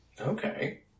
Okay